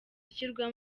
ishyirwa